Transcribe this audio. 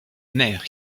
mère